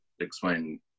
explain